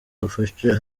wafashe